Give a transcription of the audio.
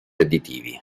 additivi